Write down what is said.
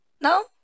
No